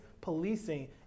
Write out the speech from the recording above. policing